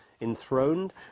enthroned